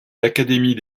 l’académie